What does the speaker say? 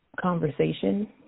conversation